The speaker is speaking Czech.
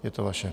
Je to vaše.